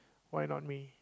why not me